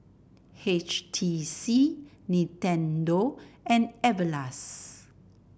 H T C Nintendo and Everlast